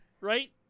right